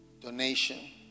donation